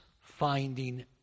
finding